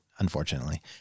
Unfortunately